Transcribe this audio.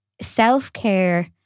self-care